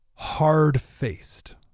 Hard-faced